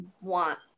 want